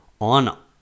on